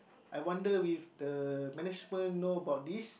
I wonder with the management know about this